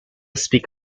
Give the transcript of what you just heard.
speak